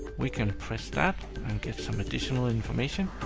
we can press that and get some additional information.